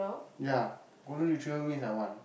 ya golden retriever mix I want